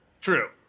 true